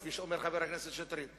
כפי שאומר חבר הכנסת שטרית.